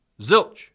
Zilch